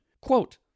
quote